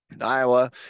Iowa